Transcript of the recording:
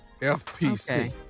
FPC